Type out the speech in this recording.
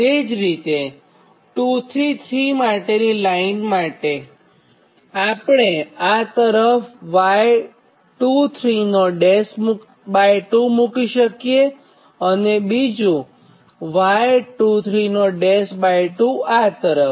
તે જ રીતે 2 થી 3 માટેની લાઇન માટે આ તરફ y232 મુકી શકીએ અને બીજું y232 આ તરફ